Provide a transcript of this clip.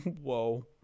Whoa